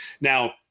Now